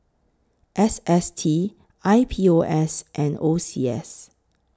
S S T I P O S and O C S